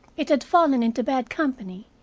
it had fallen into bad company,